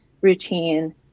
routine